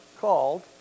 called